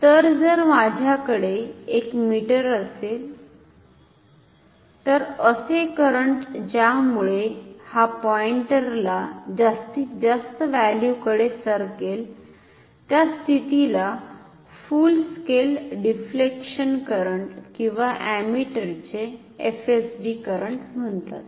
तर जर माझ्याकडे एक मीटर असेल तर असे करंट ज्यामुळे हा पॉईंटरला जास्तीत जास्त व्हॅल्यू कडे सरकेल त्या स्थितीला फुल स्केल डिफ्लेक्शन करंट किंवा अमीटरचे एफएसडी करंट म्हणतात